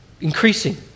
increasing